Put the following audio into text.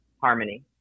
harmony